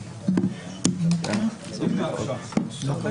כותרות והמשך הדיונים היום בנושאים לא פחות חשובים